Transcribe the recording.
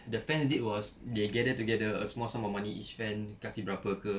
the fans did was they gather together a small sum of money each fan kasi berapa ke